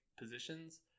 positions